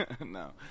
No